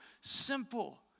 simple